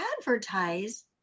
advertise